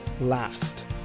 last